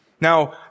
now